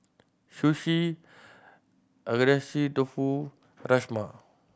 Sushi Agedashi Dofu Rajma